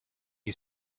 you